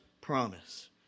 promise